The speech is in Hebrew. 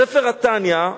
"ספר התניא",